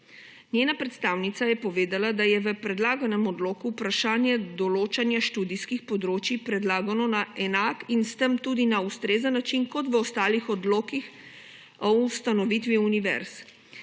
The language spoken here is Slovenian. Njena predstavnica je povedala, da je v predlaganem odloku vprašanje določanja študijskih področij predlagano na enak in s tem tudi na ustrezen način kot v ostalih odlokih o ustanovitvi univerz.